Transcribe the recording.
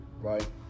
right